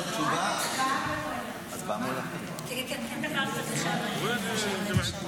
מסתבר בישיבה אישית שלי איתך שזה משהו